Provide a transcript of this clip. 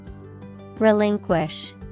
Relinquish